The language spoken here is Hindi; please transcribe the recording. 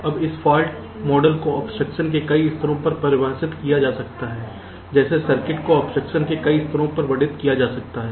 अब इस फाल्ट मॉडल को अब्स्ट्रक्शन के कई स्तरों पर परिभाषित किया जा सकता है जैसे सर्किट को अब्स्ट्रक्शन के कई स्तरों पर वर्णित किया जा सकता है